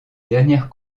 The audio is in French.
dernière